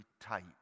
type